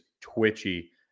twitchy